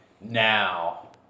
Now